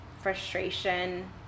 frustration